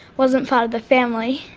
wasn't part of the family.